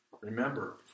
Remember